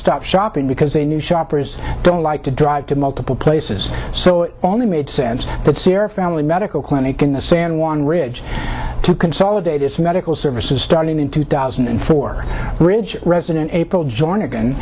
stop shopping because they knew shoppers don't like to drive to multiple places so only made sense that sierra family medical clinic in the san juan ridge to consolidate its medical services starting in two thousand and four ridge resident april join a